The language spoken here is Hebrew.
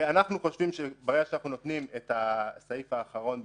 ואנחנו חושבים שברגע שאנחנו נותנים את הסעיף האחרון פה,